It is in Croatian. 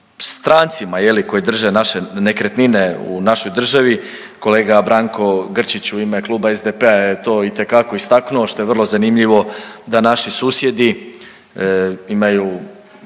strancima je li koji drže naše nekretnine u našoj državi. Kolega Branko Grčić u ime kluba SDP-a je to itekako istaknuo što je vrlo zanimljivo da naši susjedi imaju